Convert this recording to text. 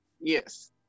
Yes